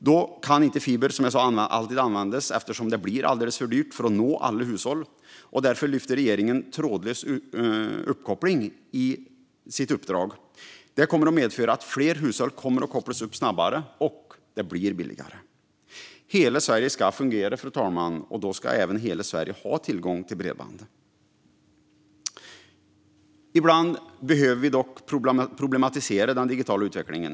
Då kan inte alltid fiber användas, eftersom det blir alldeles för dyrt för att nå alla hushåll. Därför lyfter regeringen fram trådlös uppkoppling i detta uppdrag. Det kommer att medföra att fler hushåll kommer att kopplas upp snabbare, och det blir billigare. Hela Sverige ska fungera. Då ska även hela Sverige ha tillgång till bredband. Ibland behöver vi dock problematisera den digitala utvecklingen.